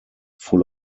full